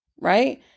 Right